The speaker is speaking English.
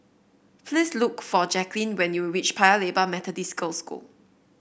please look for Jaclyn when you reach Paya Lebar Methodist Girls' School